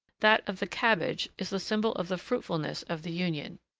that of the cabbage is the symbol of the fruitfulness of the union.